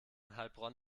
heilbronn